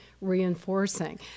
reinforcing